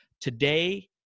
Today